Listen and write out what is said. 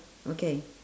okay